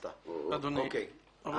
בן אדם ביקש להישפט, אדוני --- החובה קיימת.